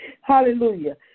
Hallelujah